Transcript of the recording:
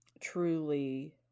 truly